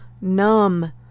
numb